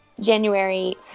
january